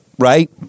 right